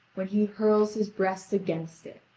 when he hurls his breast against it,